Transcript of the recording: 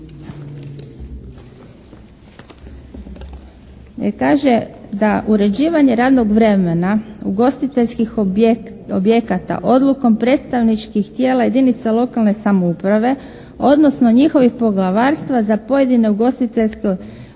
uređivanje radnog vremena ugostiteljskih objekata odlukom predstavničkih tijela jedinica lokalne samouprave, odnosno njihovih poglavarstva za pojedine ugostiteljske objekte